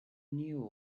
knew